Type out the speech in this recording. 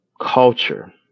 culture